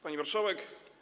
Pani Marszałek!